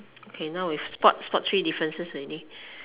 okay now we spot spot three differences already